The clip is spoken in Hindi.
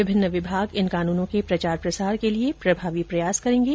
विभिन्न विभाग इन कानूनों के प्रचार प्रसार के लिए प्रभावी प्रयास करेंगे